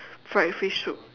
fried fish soup